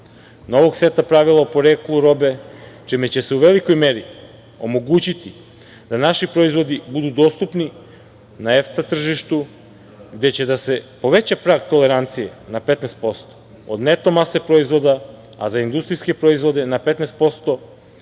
novog seta pravila o poreklu robe, čime će se u velikoj meri omogućiti da naši proizvodi budu dostupni na EFTA tržištu, gde će da se poveća prag tolerancije na 15% od neto mase proizvoda, a za industrijske proizvode na 15%